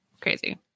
crazy